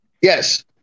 Yes